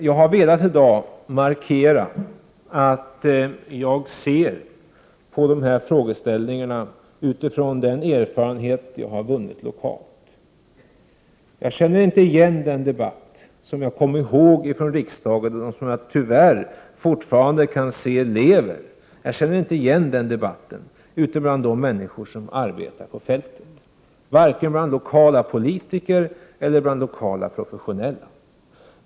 Jag har i dag velat markera att jag ser på de här frågeställningarna utifrån den erfarenhet jag har vunnit på det lokala planet. Den debatt som förts i riksdagen, och som i dag tyvärr fortfarande lever kvar, känner jag inte igen ute bland de människor som arbetar på fältet, vare sig hos lokala politiker eller lokala yrkesutövare.